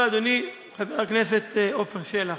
אבל, אדוני חבר הכנסת עפר שלח,